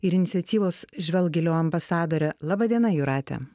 ir iniciatyvos žvelk giliau ambasadorė laba diena jūrate